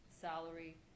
salary